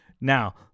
now